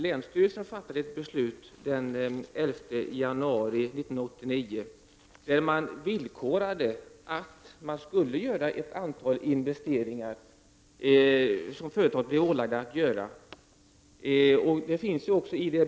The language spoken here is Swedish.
Länsstyrelsen fattade beslut den 11 januari 1989, ett villkorat beslut där företaget ålades att göra ett antal investeringar.